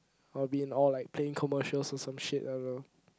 I'll be in all like plane commercials or some shit I don't know